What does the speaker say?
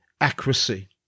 accuracy